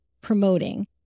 promoting